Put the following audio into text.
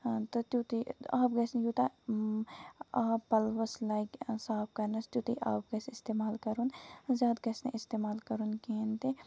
تہٕ تِتُے آب گژھِ نہٕ یوٗتاہ آب پَلوَس لَگہِ صاف کرنس تِتُے آب گژھِ اِستعمال کَرُن زیادٕ گژھِ نہٕ اِستعمال کَرُن کِہینۍ تہِ